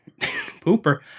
pooper